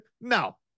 No